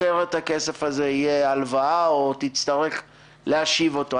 אחרת הכסף הזה יהיה הלוואה או תצטרך להשיב אותו.